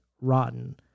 rotten